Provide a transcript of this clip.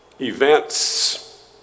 events